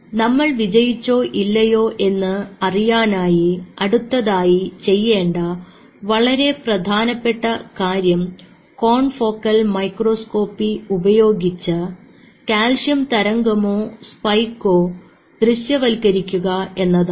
നമ്മൾ വിജയിച്ചോ ഇല്ലയോ എന്ന് അറിയാനായി അടുത്തതായി ചെയ്യേണ്ട വളരെ പ്രധാനപ്പെട്ട കാര്യം കോൺ ഫോക്കൽ മൈക്രോസ്കോപ്പി ഉപയോഗിച്ച് കാൽസ്യം തരംഗമോ സ്പൈക്കോ ദൃശ്യവൽക്കരിക്കുക എന്നതാണ്